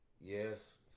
Yes